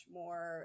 more